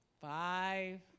five